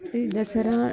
ಈ ದಸರಾ